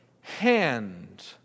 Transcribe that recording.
hand